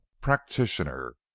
practitioner